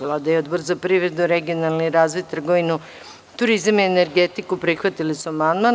Vlada i Odbor za privredu, regionalni razvoj, trgovinu, turizam i energetiku prihvatili su amandman.